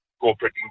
corporate